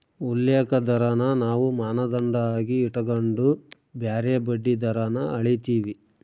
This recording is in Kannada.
ಉಲ್ಲೇಖ ದರಾನ ನಾವು ಮಾನದಂಡ ಆಗಿ ಇಟಗಂಡು ಬ್ಯಾರೆ ಬಡ್ಡಿ ದರಾನ ಅಳೀತೀವಿ